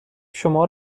شما